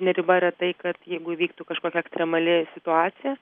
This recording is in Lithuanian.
ne riba yra tai kad jeigu įvyktų kažkokia ekstremali situacija